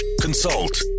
consult